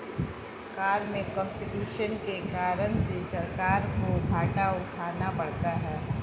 कर में कम्पटीशन के कारण से सरकार को घाटा उठाना पड़ता है